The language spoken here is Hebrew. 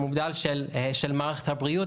המוגדל של מערכת הבריאות,